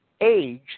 age